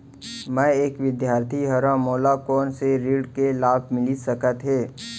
मैं एक विद्यार्थी हरव, मोला कोन से ऋण के लाभ मिलिस सकत हे?